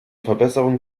verbesserung